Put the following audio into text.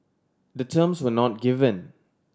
the terms were not given